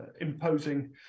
imposing